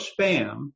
spam